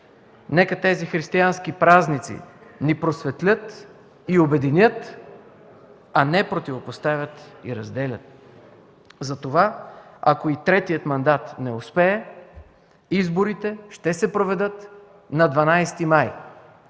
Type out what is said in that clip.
Нека тези християнски празници ни просветлят и обединят, а не противопоставят и разделят. Затова ако и третият мандат не успее, изборите ще се поведат на 12 май